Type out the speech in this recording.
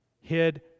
hid